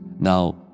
now